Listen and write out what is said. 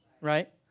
right